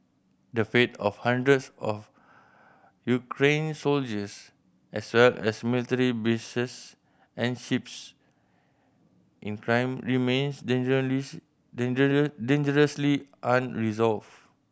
the fate of hundreds of Ukrainian soldiers as well as military bases and ships in Crimea remains dangerously unresolved